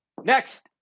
next